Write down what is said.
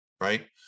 right